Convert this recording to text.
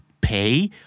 pay